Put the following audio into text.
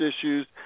issues